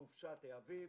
בחופשת האביב